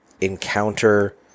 encounter